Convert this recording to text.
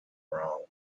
wrong